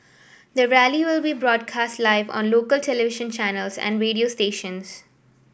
the rally will be broadcast live on local television channels and radio stations